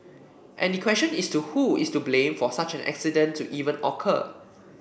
and the question is to who is to blame for such an accident to even occur